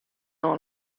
oan